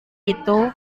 itu